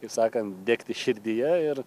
kaip sakant degti širdyje ir